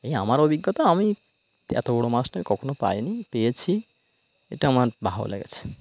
এই আমার অভিজ্ঞতা আমি এত বড় মাছটা কখনও পাইনি পেয়েছি এটা আমার ভালো লেগেছে